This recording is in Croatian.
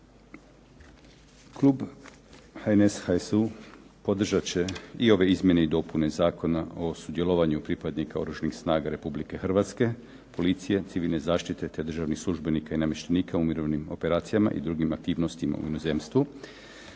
Klub HNS, HSU podržat će i ove izmjene i dopune Zakona o sudjelovanju pripadnika Oružanih snaga Republike Hrvatske, policije, civilne zaštite, te državnih službenika i namještenika u mirovnim operacijama i drugim aktivnostima u inozemstvu.